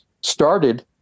started